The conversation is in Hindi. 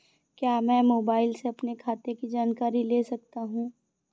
क्या मैं मोबाइल से अपने खाते की जानकारी ले सकता हूँ?